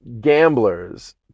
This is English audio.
gamblers